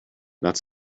not